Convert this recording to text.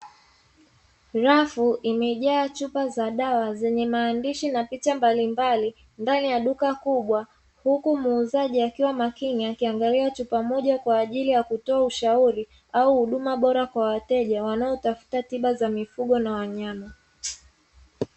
Rafu imejaa chupa za dawa zenye maandishi na picha mbalimbali ndani ya duka kubwa, huku muuzaji akiwa makini akiangalia chupa moja kwa ajili ya kutoa ushauri au huduma bora kwa wateja wanaotafuta tiba za mifugo na wanyama.